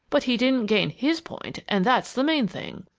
but he didn't gain his point and that's the main thing!